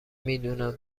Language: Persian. میدونم